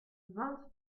vingt